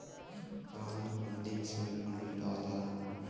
crowdfunding से भी fund जुटावल जा सकला